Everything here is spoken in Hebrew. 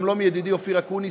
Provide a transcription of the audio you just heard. גם לא מידידי אופיר אקוניס,